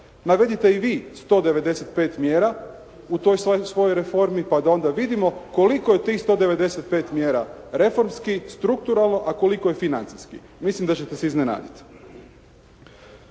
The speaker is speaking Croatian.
Navedite i vi 195 mjera u toj svojoj reformi pa da onda vidimo koliko je tih 195 mjera reformski, strukturalno, a koliko je financijski? Mislim da ćete se iznenaditi.